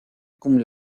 cum